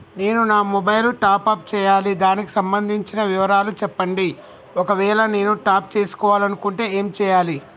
నేను నా mobile top up చేయాలి దానికి సంబంధించిన వివరాలు చెప్పండి ఒకవేళ నేను టాప్ చేసుకోవాలనుకుంటే ఏం చేయాలి?